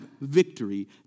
victory